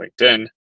LinkedIn